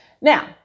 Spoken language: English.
Now